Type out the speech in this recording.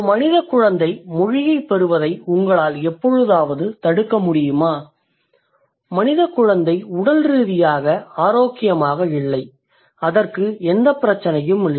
ஒரு மனிதக் குழந்தை மொழியைப் பெறுவதை உங்களால் எப்பொழுதாவது தடுக்க முடியுமா மனிதக் குழந்தை உடல் ரீதியாக ஆரோக்கியமாக இருந்தால் அதற்கு எந்தப் பிரச்சனையும் இல்லை